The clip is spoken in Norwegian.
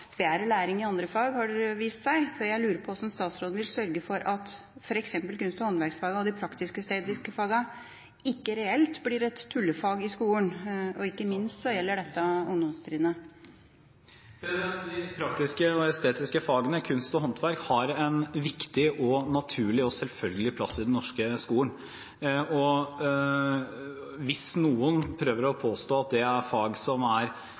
bedre læring i andre fag, har det vist seg, så jeg lurer på hvordan statsråden vil sørge for at f.eks. kunst- og håndverksfagene og de praktisk-estetiske fagene ikke reelt blir tullefag i skolen, ikke minst når det gjelder ungdomstrinnet. De praktiske og estetiske fagene, kunst og håndverk har en viktig, naturlig og selvfølgelig plass i den norske skolen. Hvis noen prøver å påstå at det er fag som er